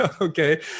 okay